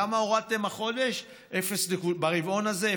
כמה הורדתם החודש ברבעון הזה?